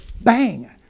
bang